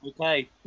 Okay